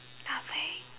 nothing